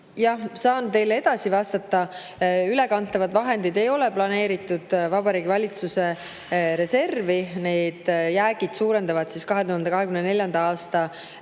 saan teile hiljem edasi vastata. Ülekantavad vahendid ei ole planeeritud Vabariigi Valitsuse reservi, need jäägid suurendavad 2024. aastal